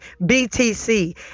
BTC